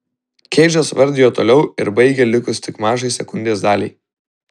keidžas vardijo toliau ir baigė likus tik mažai sekundės daliai